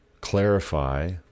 clarify